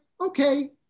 Okay